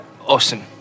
Awesome